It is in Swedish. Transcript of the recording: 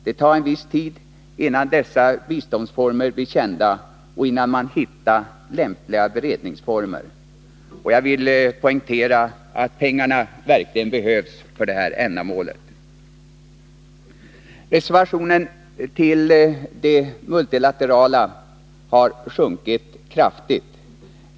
Det tar en viss tid innan dessa biståndsformer blir kända och innan man hittar lämpliga beredningsformer. Jag vill poängtera att pengarna verkligen behövs för ändamålet. Reservationen till det multilaterala biståndet har sjunkit kraftigt.